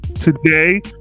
today